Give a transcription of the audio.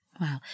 Wow